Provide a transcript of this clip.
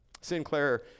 Sinclair